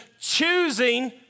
choosing